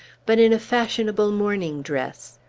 but in a fashionable morning-dress.